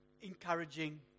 encouraging